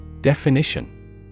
Definition